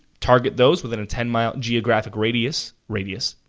target those within a ten mile geographic radius. radius,